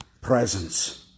presence